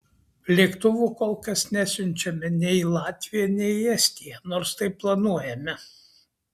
lėktuvo kol kas nesiunčiame nei į latviją nei į estiją nors tai planuojame